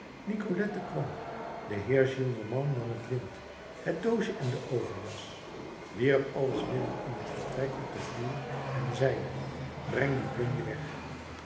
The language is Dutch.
nicolette kwam de heer gillenormand nam het lint het doosje en de overjas wierp alles midden in t vertrek op den vloer en zeide breng die plunje weg